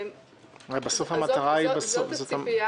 הרי זאת המטרה בסוף.